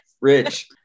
Rich